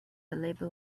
label